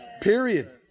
Period